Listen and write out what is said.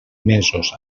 mesos